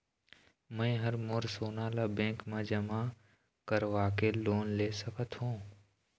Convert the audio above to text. मैं हर मोर सोना ला बैंक म जमा करवाके लोन ले सकत हो?